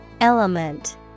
Element